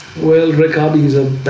well recopies and